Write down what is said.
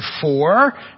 four